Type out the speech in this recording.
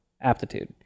aptitude